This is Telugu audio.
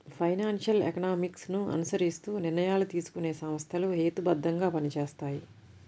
ఫైనాన్షియల్ ఎకనామిక్స్ ని అనుసరిస్తూ నిర్ణయాలు తీసుకునే సంస్థలు హేతుబద్ధంగా పనిచేస్తాయి